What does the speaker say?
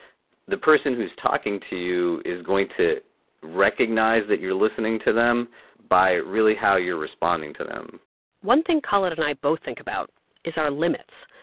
the person who's talking to you is going to recognize that you're listening to them by, really, how you're responding to them one thing khalid and i both think about is our limits.